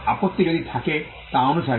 আপত্তি যদি থাকে তা অনুসারে